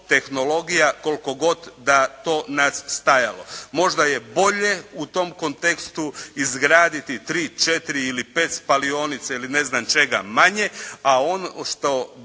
tehnologija koliko god da to nas stajalo. Možda je bolje u tom kontekstu izgraditi tri, četiri ili pet spalionica ili ne znam čega manje, a što